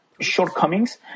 shortcomings